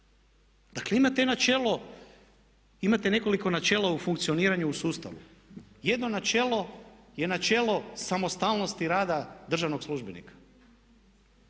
raditi. Dakle, imate nekoliko načela u funkcioniranju u sustavu. Jedno načelo je načelo samostalnosti rada državnog službenika.